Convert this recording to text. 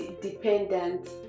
dependent